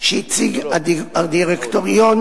שהציג הדירקטוריון,